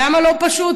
למה לא פשוט,